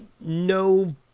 no